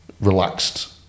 relaxed